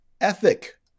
ethic